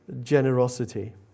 generosity